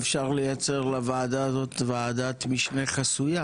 אפשר לייצר לוועדה הזאת וועדת משנה חסויה,